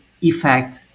effect